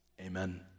amen